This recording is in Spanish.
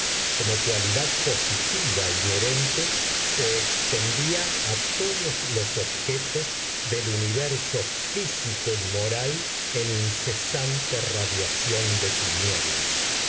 como cualidad positiva inherente se extendía a todos los objetos del universo físico y moral en incesante radiación de tinieblas